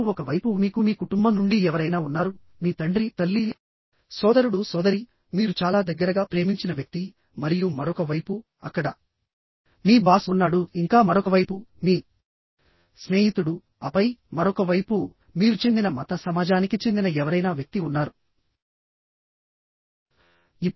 మరియు ఒక వైపు మీకు మీ కుటుంబం నుండి ఎవరైనా ఉన్నారు మీ తండ్రి తల్లి సోదరుడు సోదరి మీరు చాలా దగ్గరగా ప్రేమించిన వ్యక్తి మరియు మరొక వైపు అక్కడ మీ బాస్ ఉన్నాడు ఇంకా మరొక వైపు మీ స్నేహితుడు ఆపై మరొక వైపు మీరు చెందిన మత సమాజానికి చెందిన ఎవరైనా వ్యక్తి ఉన్నారు